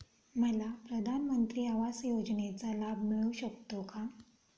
मला प्रधानमंत्री आवास योजनेचा लाभ मिळू शकतो का?